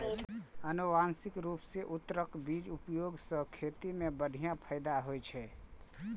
आनुवंशिक रूप सं उन्नत बीजक उपयोग सं खेती मे बढ़िया फायदा होइ छै